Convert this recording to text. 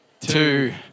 two